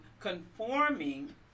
conforming